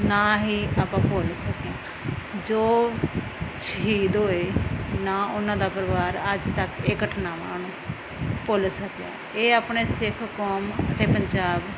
ਨਾ ਹੀ ਆਪਾਂ ਭੁੱਲ ਸਕੇ ਜੋ ਸ਼ਹੀਦ ਹੋਏ ਨਾ ਉਹਨਾਂ ਦਾ ਪਰਿਵਾਰ ਅੱਜ ਤੱਕ ਇਹ ਘਟਨਾਵਾਂ ਨੂੰ ਭੁੱਲ ਸਕਿਆ ਇਹ ਆਪਣੇ ਸਿੱਖ ਕੌਮ ਅਤੇ ਪੰਜਾਬ